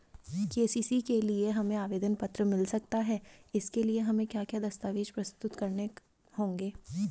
KCC के लिए हमें आवेदन पत्र मिल सकता है इसके लिए हमें क्या क्या दस्तावेज़ प्रस्तुत करने होंगे?